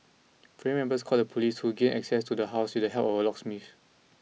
family members called the police who gained access to the house with the help of a locksmith